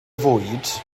fwyd